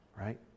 Right